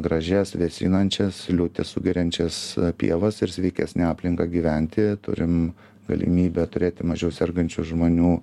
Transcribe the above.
gražias vėsinančias liūtis sugeriančias pievas ir sveikesnę aplinką gyventi turim galimybę turėti mažiau sergančių žmonių